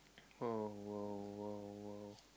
oh !woah! !woah! !woah!